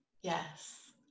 Yes